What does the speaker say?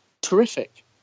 terrific